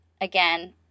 again